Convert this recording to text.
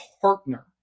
partner